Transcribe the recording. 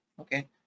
okay